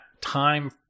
time